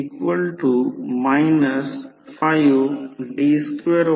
तर हे फक्त आहे आणि हे ∅ रेफरन्स फेझर आहे आणि E1 येथे दिले आहे